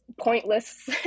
pointless